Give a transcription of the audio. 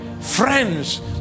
friends